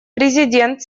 президент